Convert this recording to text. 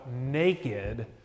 naked